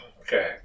Okay